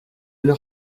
leur